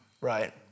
Right